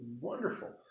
wonderful